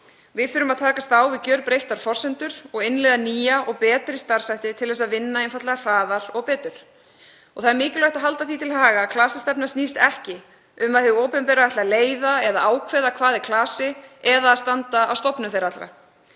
Við þurfum að takast á við gjörbreyttar forsendur og innleiða nýja og betri starfshætti til að vinna einfaldlega hraðar og betur. Það er mikilvægt að halda því til haga að klasastefna snýst ekki um að hið opinbera ætli að leiða eða ákveða hvað er klasi eða að standa að stofnun þeirra allra.